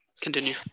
continue